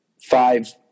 five